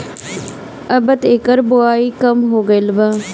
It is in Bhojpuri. अबत एकर बओई कम हो गईल बा